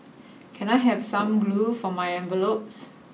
can I have some glue for my envelopes